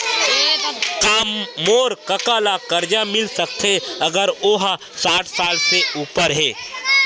का मोर कका ला कर्जा मिल सकथे अगर ओ हा साठ साल से उपर हे?